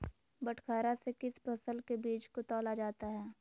बटखरा से किस फसल के बीज को तौला जाता है?